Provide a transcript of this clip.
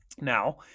Now